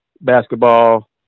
Basketball